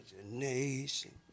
imagination